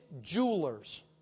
jewelers